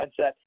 mindset